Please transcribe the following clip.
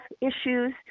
issues